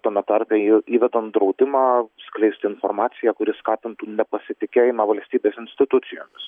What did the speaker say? tame tarpe jau įvedant draudimą skleist informaciją kuri skatintų nepasitikėjimą valstybės institucijomis